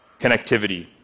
Connectivity